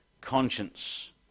conscience